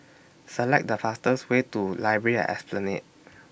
Select The fastest Way to Library At Esplanade